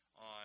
on